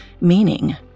meaning